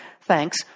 thanks